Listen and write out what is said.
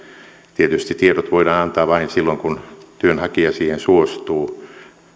tietysti tiedot voidaan antaa vain silloin kun työnhakija siihen suostuu